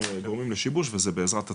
אנחנו גורמים לשיבוש וזה בעזרת הצבא,